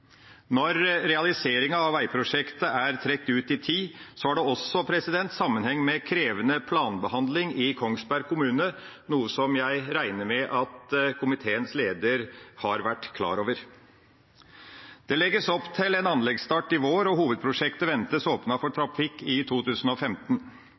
Når realiseringa av veiprosjektet har trukket ut i tid, så har det også sammenheng med krevende planbehandling i Kongsberg kommune, noe jeg regner med at komiteens leder har vært klar over. Det legges opp til en anleggsstart i vår, og hovedprosjektet ventes åpnet for trafikk i 2015.